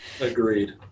agreed